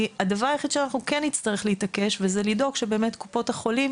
הדבר היחיד שאנחנו כן נצטרך להתעקש זה לדאוג שלקופות החולים